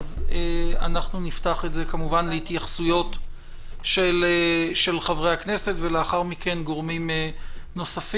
אנחנו נפתח להתייחסויות של חברי הכנסת ולאחר מכן של גורמים נוספים.